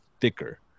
thicker